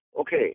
Okay